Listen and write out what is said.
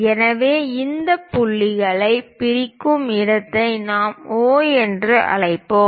எனவே அந்த புள்ளியைப் பிரிக்கும் இடத்தை நாம் O என்று அழைப்போம்